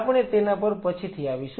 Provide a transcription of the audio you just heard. આપણે તેના પર પછીથી આવીશું